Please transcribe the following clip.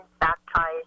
baptized